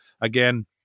again